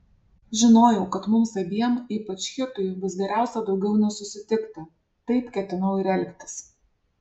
žinojau kad mums abiem ypač hitui bus geriausia daugiau nesusitikti taip ketinau ir elgtis